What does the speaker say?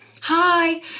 Hi